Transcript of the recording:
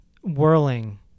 whirling